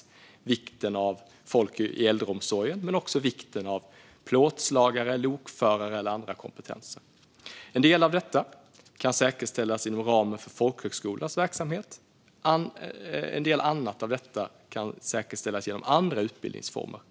Det gäller vikten av folk i äldreomsorgen men också vikten av plåtslagare, lokförare och andra kompetenser. En del av detta kan säkerställas inom ramen för folkhögskolans verksamhet, en del annat kan säkerställas genom andra utbildningsformer.